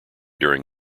during